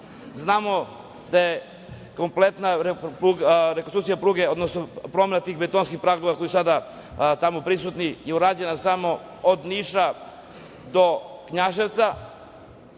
Znamo da je kompletna rekonsrukcija pruge, odnosno promena tih betonskih pragova koji su sada tamo i urađeno je samo od Niša do Knjaževca,